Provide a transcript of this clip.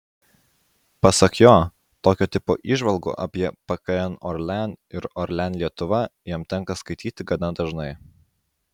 pasak jo tokio tipo įžvalgų apie pkn orlen ir orlen lietuva jam tenka skaityti gana dažnai